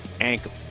ankle